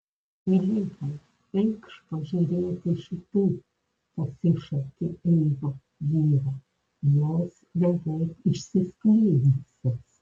filipai eikš pažiūrėti šitų pasišaukė eiva vyrą jos beveik išsiskleidusios